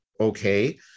okay